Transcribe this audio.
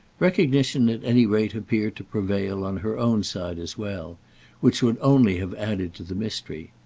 recognition at any rate appeared to prevail on her own side as well which would only have added to the mystery.